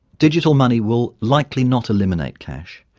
digital money will likely not eliminate cash,